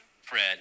Fred